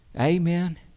Amen